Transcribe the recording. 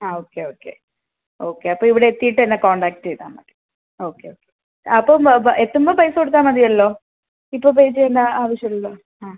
ആ okay okay okay അപ്പോൾ ഇവിടെ എത്തിയിട്ട് എന്നെ കോൺടാക്ട് ചെയ്താൽ മതി ഓക്കെ ഓക്കെ അപ്പം എത്തുമ്പം പൈസ കൊടുത്താൽ മതിയല്ലോ ഇപ്പോൾ പേ ചെയ്യേണ്ട ആവശ്യം ഇല്ലല്ലോ ആ